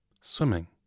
swimming